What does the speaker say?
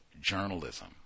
journalism